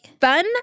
Fun